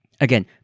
again